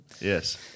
Yes